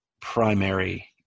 primary